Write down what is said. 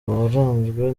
waranzwe